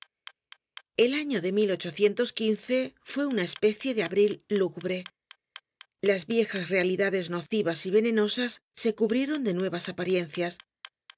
el año de fue una especie de abril lúgubre las viejas realidades nocivas y venenosas se cubrieron de nuevas apariencias